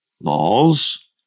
laws